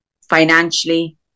Financially